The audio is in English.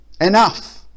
enough